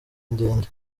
ndende